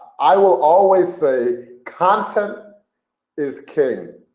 i will always say content is king